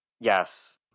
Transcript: Yes